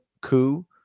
coup